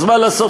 אז מה לעשות,